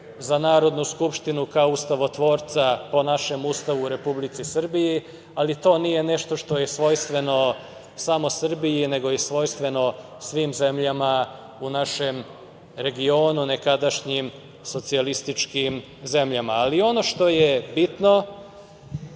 za Narodnu skupštinu, kao ustavotvorca, po našem Ustavu u Republici Srbiji, ali to nije nešto što je svojstveno samo Srbiji, nego je svojstveno svim zemljama u našem regionu, nekadašnjim socijalističkim zemljama. Ali, ono što je bitno,